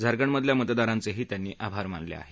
झारखंडमधल्या मतदारांचे त्यांनी आभार मानले आहेत